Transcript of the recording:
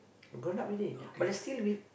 grown up already but they still were